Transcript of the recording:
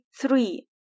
three